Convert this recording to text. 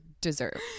deserve